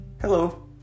Hello